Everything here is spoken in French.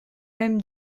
mêmes